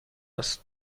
است